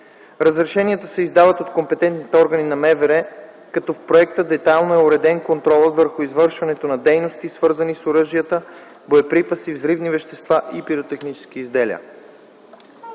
Разрешенията се издават от компетентните органи на МВР, като в законопроекта детайлно е уреден и контролът върху извършването на дейности, свързани с оръжия, боеприпаси, взривни вещества и пиротехнически изделия.